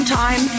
time